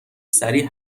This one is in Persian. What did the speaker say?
سریع